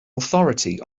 authority